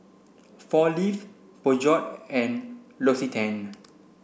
Four Leaves Peugeot and L'Occitane